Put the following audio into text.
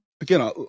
Again